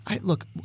Look